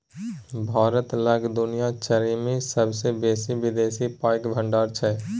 भारत लग दुनिया चारिम सेबसे बेसी विदेशी पाइक भंडार छै